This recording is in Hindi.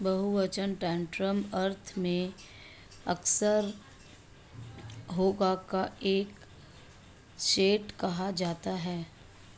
बहुवचन टैंटम अर्थ में अक्सर हैगा का एक सेट कहा जाता है